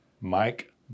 Mike